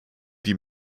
die